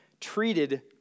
treated